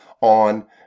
on